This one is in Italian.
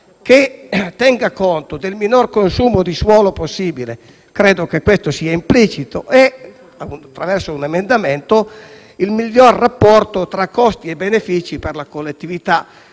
che tenga conto del minor consumo di suolo possibile - credo che questo sia implicito - e, attraverso un emendamento, del miglior rapporto tra costi e benefici per la collettività.